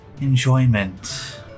enjoyment